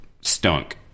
stunk